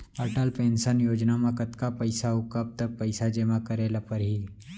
Atal pension Yojana म कतका पइसा, अऊ कब तक पइसा जेमा करे ल परही?